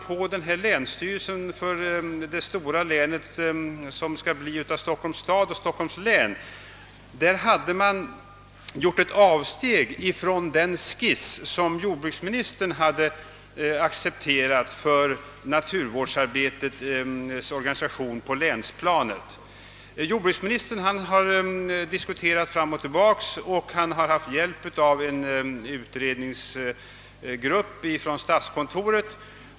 På länsstyrelsen för det stora län, som skall bildas av Stockholms stad och Stockholms län, hade man nämligen gjort ett avsteg från den skiss jordbruksministern accepterat för naturvårdsarbetets organisation på länsplanet. Jordbruksministern har som stöd för sitt organisationsförslag haft ett utlåtande av en utredningsgrupp från statskontoret.